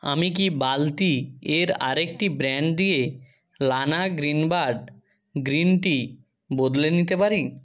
আমি কি বালতি এর আরেকটি ব্র্যান্ড দিয়ে লানা গ্রিনবার্ড গ্রিন টি বদলে নিতে পারি